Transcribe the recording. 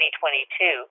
2022